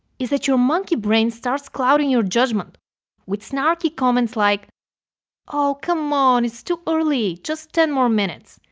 is that your monkey brain starts clouding your judgment with snarky comments like oh, come on, it's too early! just ten more minutes.